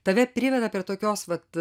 tave priveda prie tokios vat